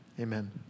amen